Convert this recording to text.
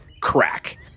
crack